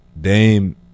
Dame